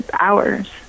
hours